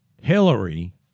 Hillary